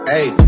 Hey